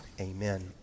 amen